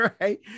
right